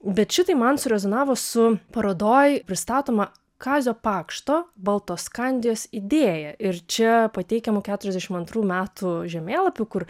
bet šitai man su rezonavo su parodoj pristatoma kazio pakšto baltoskandijos idėja ir čia pateikiamą keturiasdešimt antrų metų žemėlapį kur